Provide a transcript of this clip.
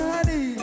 Honey